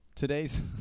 Today's